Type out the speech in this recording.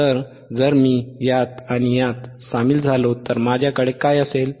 तर जर मी ह्यात आणि ह्यात सामील झालो तर माझ्याकडे काय असेल